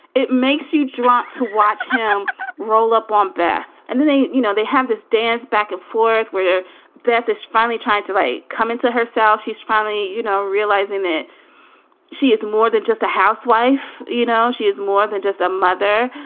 it makes you drunk to watch him um roll up on beth and then they you know, they have this dance back and forth where beth is finally trying to write, come into herself. she's finally, you know, realizing that she is more than just a housewife, you know, she is more than just a mother.